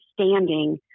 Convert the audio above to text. standing